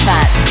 Fat